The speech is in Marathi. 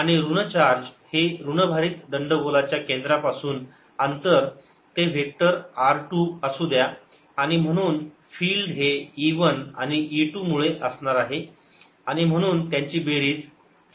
आणि ऋण चार्ज चे ऋणभारित दंडगोलाच्या केंद्रापासून अंतर ते व्हेक्टर R 2 असू द्या आणि म्हणून फिल्ड हे E1 आणि E 2 मुळे असणार आहे आणि म्हणून त्यांची बेरीज